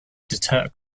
deter